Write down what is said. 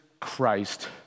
Christ